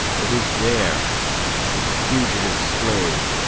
it is there that the fugitive slave,